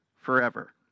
forever